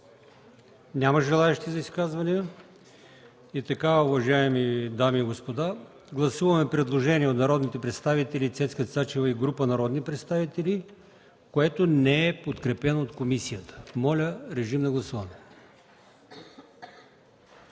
Няма желаещи за изказвания по чл. 209. Уважаеми колеги, гласуваме предложение на народния представител Цецка Цачева и група народни представители, което не е подкрепено от комисията. Моля, режим на гласуване.